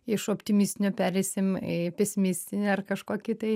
iš optimistinio pereisim į pesimistinę ar kažkokį tai